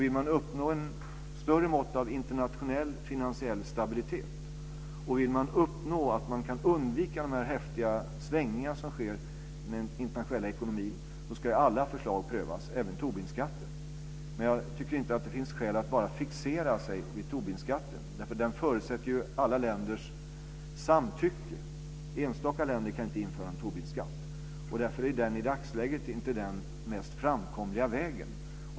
Vill man uppnå ett större mått av internationell finansiell stabilitet och vill man undvika de häftiga svängningar som sker i den internationella ekonomin ska alla förslag prövas, även Tobinskatten. Men jag tycker inte att det finns skäl att fixera sig enbart vid Tobinskatten. Den förutsätter alla länders samtycke. Enstaka länder kan inte införa en Tobinskatt. Därför är den i dagsläget inte den mest framkomliga vägen.